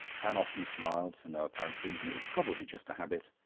anne often smiled for no apparent reason it was probably just a habit.